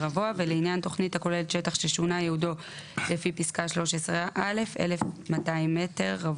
ולעניין תכנית הכוללת שטח ששונה ייעודו לפי פסקה (13א) 1,200 מ"ר,